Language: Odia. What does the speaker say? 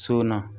ଶୂନ